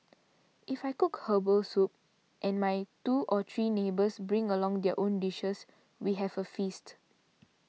if I cook Herbal Soup and my two or three neighbours bring along their own dishes we have a feast